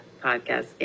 podcast